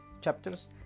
chapters